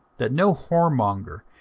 that no whoremonger,